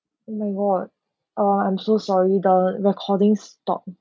oh my god uh I'm so sorry the recording stopped